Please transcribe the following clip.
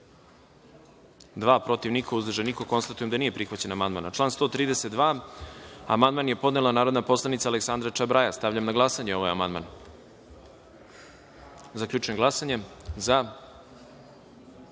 dva, protiv – niko, uzdržanih – nema. Konstatujem da nije prihvaćen amandman. Na član 132. amandman je podnela narodni poslanik Aleksandra Čabraja. Stavljam na glasanje ovaj amandman. Zaključujem glasanje i